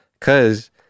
cause